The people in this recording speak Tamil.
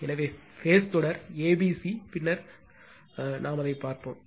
ஆனால் பேஸ் தொடர் abc பின்னர் நாம் அதைப் பார்ப்போம்